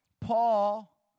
Paul